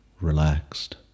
relaxed